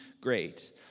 great